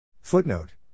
Footnote